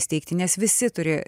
įsteigti nes visi turi